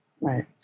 Right